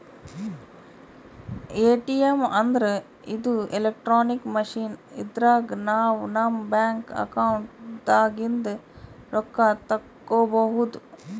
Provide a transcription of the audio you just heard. ATM ಅಂದ್ರ ಇದು electronic machine ಇದ್ರಾಗ್ ನಾವ್ ನಮ್ ಬ್ಯಾಂಕ್ ಅಕೌಂಟ್ ದಾಗಿಂದ್ ರೊಕ್ಕ ತಕ್ಕೋಬಹುದ್